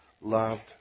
loved